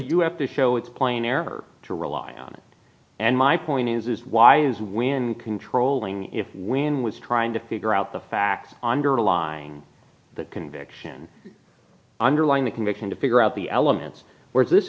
you have to show it's plain error to rely on it and my point is why is when controlling if when was trying to figure out the facts underlying that conviction underlying the conviction to figure out the elements where this